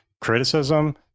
criticism